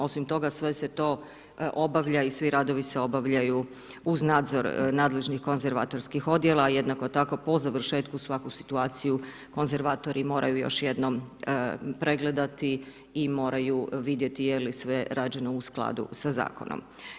Osim toga sve se to obavlja i svi radovi se obavljaju uz nadzor nadležnih konzervatorskih odjela, jednako tako po završetku svaku situaciju konzervatori moraju još jednom pregledati i moraju vidjeti je li sve rađeno u skladu sa zakonom.